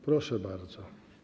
Proszę bardzo.